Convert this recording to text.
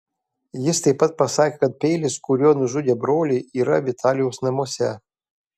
jis taip pat pasakė kad peilis kuriuo nužudė brolį yra vitalijaus namuose